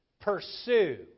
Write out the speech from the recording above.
pursue